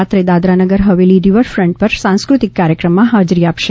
રાત્રે દાદરાનગર હવેલી રિવરફન્ટ પર સાંસ્કૃતિક કાર્યક્રમમાં હાજરી આપશે